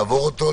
לעבור אותו,